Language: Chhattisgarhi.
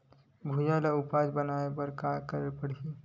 भुइयां ल उपजाऊ बनाये का करे ल पड़ही?